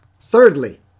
Thirdly